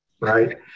right